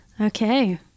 Okay